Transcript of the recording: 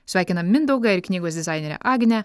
sveikinam mindaugą ir knygos dizainerę agnę